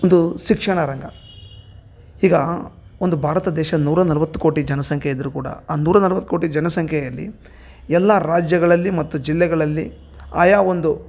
ಒಂದು ಶಿಕ್ಷಣ ರಂಗ ಈಗ ಒಂದು ಭಾರತ ದೇಶ ನೂರ ನಲವತ್ತು ಕೋಟಿ ಜನಸಂಖ್ಯೆ ಇದ್ದರೂ ಕೂಡ ಆ ನೂರ ನಲವತ್ತು ಕೋಟಿ ಜನಸಂಖ್ಯೆಯಲ್ಲಿ ಎಲ್ಲ ರಾಜ್ಯಗಳಲ್ಲಿ ಮತ್ತು ಜಿಲ್ಲೆಗಳಲ್ಲಿ ಆಯ ಒಂದು